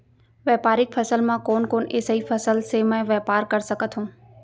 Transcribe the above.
व्यापारिक फसल म कोन कोन एसई फसल से मैं व्यापार कर सकत हो?